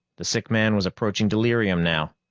the sick man was approaching delirium now,